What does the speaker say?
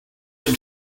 been